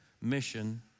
mission